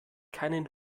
keinen